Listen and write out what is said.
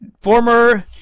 former